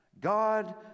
God